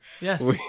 Yes